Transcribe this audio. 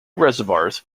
reservoirs